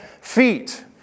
feet